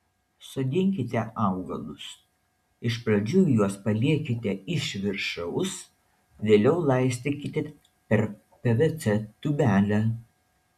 sodinkite augalus iš pradžių juos paliekite iš viršaus vėliau laistykite per pvc tūbelę